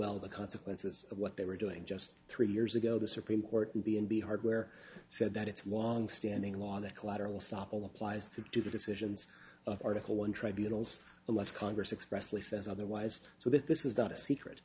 well the consequences of what they were doing just three years ago the supreme court in b and b hardware said that it's one standing law that collateral stoppel applies to do the decisions of article one tribunals unless congress expressly says otherwise so that this is not a secret